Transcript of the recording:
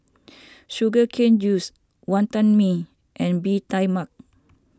Sugar Cane Juice Wantan Mee and Bee Tai Mak